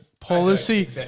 Policy